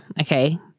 Okay